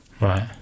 right